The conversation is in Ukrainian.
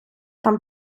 там